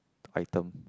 item